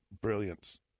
brilliance